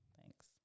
thanks